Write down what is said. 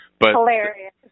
Hilarious